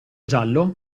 giallo